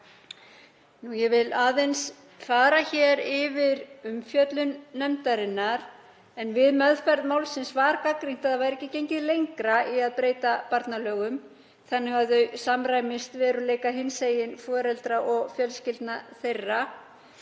Ég vil fara aðeins yfir umfjöllun nefndarinnar en við meðferð málsins var gagnrýnt að ekki væri gengið lengra í að breyta barnalögum þannig að þau samræmist veruleika hinsegin foreldra og fjölskyldna þeirra